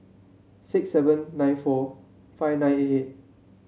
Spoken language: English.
six seven nine four five nine eight eight